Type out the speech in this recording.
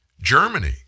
Germany